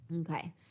Okay